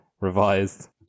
Revised